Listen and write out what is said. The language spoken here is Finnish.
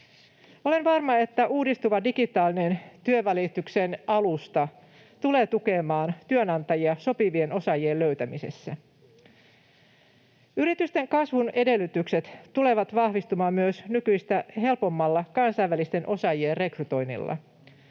Olen varma, että uudistuva digitaalinen työnvälityksen alusta tulee tukemaan työnantajia sopivien osaajien löytämisessä. Yritysten kasvun edellytykset tulevat vahvistumaan myös nykyistä helpommalla kansainvälisten osaajien rekrytoinnilla.